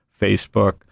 facebook